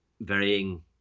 varying